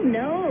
no